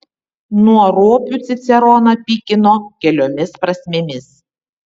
nuo ropių ciceroną pykino keliomis prasmėmis